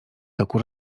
toku